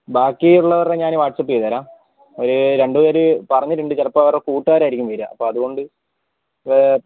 ബാക്കി ഉള്ളവരുടെ ഞാൻ വാട്സ്ആപ്പ് ചെയ്ത് തരാം ഒരു രണ്ട് പേർ പറഞ്ഞിട്ടുണ്ട് ചിലപ്പോൾ അവരുടെ കൂട്ടുകാരായിരിക്കും വരുക അതുകൊണ്ട്